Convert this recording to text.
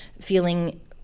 feeling